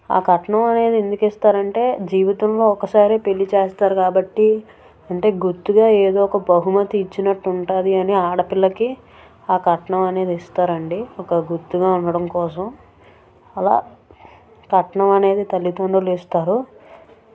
ఆ కట్నం అనేది ఎందుకు ఇస్తారంటే జీవితంలో ఒక్కసారే పెళ్లి చేస్తారు కాబట్టి అంటే గుర్తుగా ఏదో ఒక బహుమతి ఇచ్చినట్టు ఉంటుంది అని ఆడపిల్లకి ఆ కట్నం అనేది ఇస్తారండి ఒక గుర్తుగా ఉండడం కోసం అలా కట్నం అనేది తల్లిదండ్రులిస్తారు